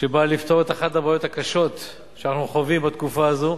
שבאה לפתור את אחת הבעיות הקשות שאנחנו חווים בתקופה הזאת,